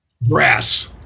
Brass